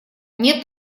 нет